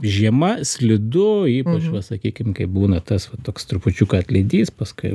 žiema slidu ypač va sakykim kaip būna tas va toks trupučiuką atlydys paskui